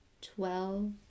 twelve